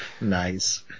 Nice